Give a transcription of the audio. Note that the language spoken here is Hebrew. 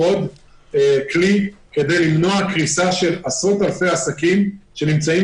עוד כלי כדי למנוע קריסה של עשרות אלפי עסקים שנמצאים